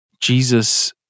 Jesus